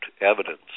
evidence